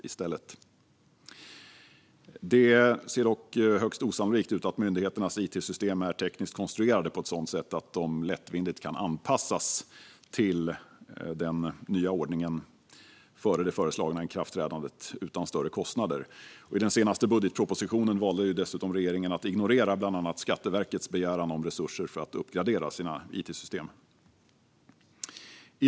Det verkar dock högst osannolikt att myndigheternas it-system är tekniskt konstruerade på ett sådant sätt att de lättvindigt kan anpassas till den nya ordningen före det föreslagna ikraftträdandet utan större kostnader. I den senaste budgetpropositionen valde regeringen dessutom att ignorera bland annat Skatteverkets begäran om resurser för att uppgradera sina it-system.